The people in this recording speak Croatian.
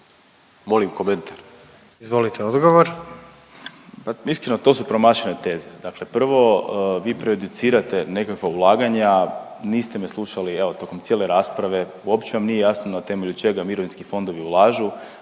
Izvolite odgovor. **Vidiš, Ivan** Pa iskreno to su promašene teze. Dakle prvo vi prejudicirate nekakva ulaganja, niste me slušali evo tokom cijele rasprave, uopće vam nije jasno na temelju čega mirovinski fondovi ulažu.